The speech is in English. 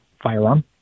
firearm